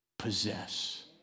possess